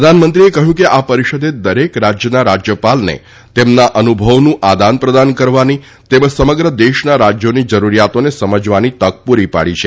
પ્રધાનમંત્રીએ કહ્યું કે આ પરિષદે દરેક રાજ્યના રાજ્યપાલને તેમના અનુભવોનું આદાન પ્રદાન કરવાની તેમજ સમગ્ર દેશના રાજ્યોની જરૂરિયાતોને સમજવાની તક પુરી પાડી છે